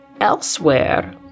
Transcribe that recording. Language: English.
elsewhere